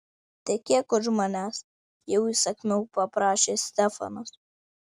tekėk už manęs jau įsakmiau paprašė stefanas